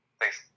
Thanks